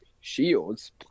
Shields